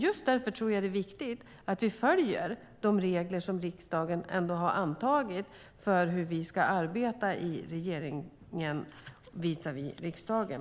Just därför tror jag att det är viktigt att vi följer de regler som riksdagen har antagit för hur vi ska arbeta i regeringen visavi riksdagen.